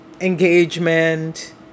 engagement